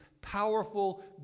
powerful